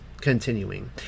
Continuing